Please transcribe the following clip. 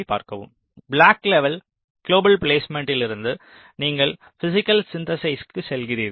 black level global பிலேஸ்மேன்ட்டிலிருந்து நீங்கள் physical சிந்தெசிஸ்க்கு செல்கிறீர்கள்